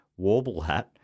Warblehat